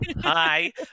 Hi